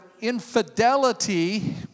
infidelity